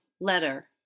Letter